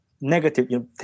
negative